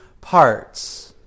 parts